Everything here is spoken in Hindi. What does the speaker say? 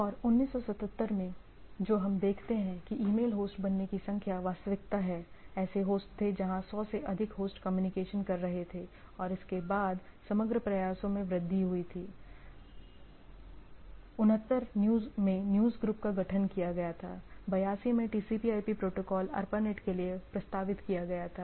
और 1977 जो हम देखते हैं कि ईमेल होस्ट बनने की संख्या वास्तविकता है ऐसे होस्ट थे जहां 100 से अधिक होस्ट कम्युनिकेशन कर रहे थे और इसके बाद समग्र प्रयासों में वृद्धि हुई थी 79 न्यूज़ ग्रुप का गठन किया गया था 82 में TCPIP प्रोटोकॉल ARPANET के लिए प्रस्तावित किया गया था